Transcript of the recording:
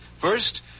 First